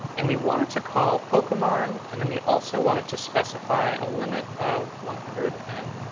and we wanted to call pokemon, and then we also wanted to specify a limit of one hundred and